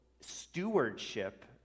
stewardship